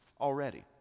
already